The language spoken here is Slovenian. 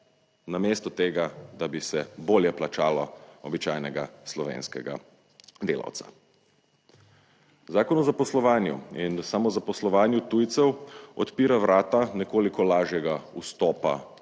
namesto tega, da bi se bolje plačalo običajnega slovenskega delavca. Zakon o zaposlovanju in samozaposlovanju tujcev odpira vrata nekoliko lažjega vstopa